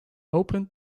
opened